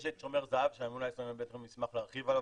יש את שומר זהב שראש היחידה להזדהות ישמח להרחיב עליו,